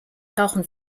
tauchen